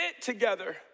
together